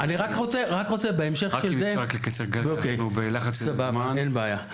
בהקשר הזה,